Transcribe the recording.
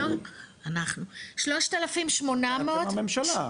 אנחנו, 3800 -- אתם הממשלה.